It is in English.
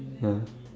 ya